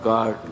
God